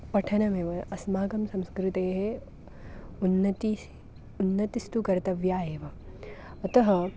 पठनमेव अस्माकं संस्कृतेः उन्नतिः उन्नतिस्तु कर्तव्या एव अतः